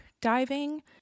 diving